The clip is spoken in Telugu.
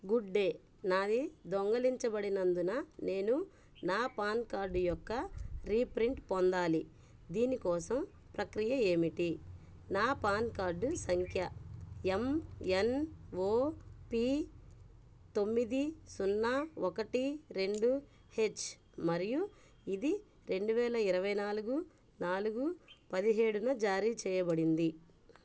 గుడ్ డే నాది దొంగిలించబడినందున నేను నా పాన్ కార్డ్ యొక్క రీప్రింట్ పొందాలి దీని కోసం ప్రక్రియ ఏమిటి నా పాన్ కార్డ్ సంఖ్య ఎం ఎన్ ఓ పీ తొమ్మిది సున్నా ఒకటి రెండు హెచ్ మరియు ఇది రెండువేల ఇరవై నాలుగు నాలుగు పదిహేడున జారీ చేయబడింది